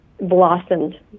blossomed